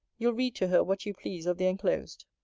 you'll read to her what you please of the enclosed.